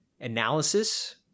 analysis